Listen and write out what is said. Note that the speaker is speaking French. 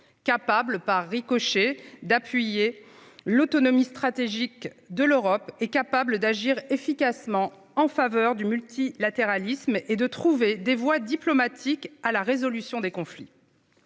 capable par ricochet d'appuyer l'autonomie stratégique de l'Europe, capable aussi d'agir efficacement en faveur du multilatéralisme et de trouver des voies diplomatiques de résolution des conflits.